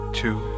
two